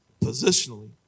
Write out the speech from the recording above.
Positionally